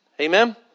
Amen